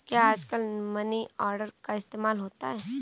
क्या आजकल money order का इस्तेमाल होता है?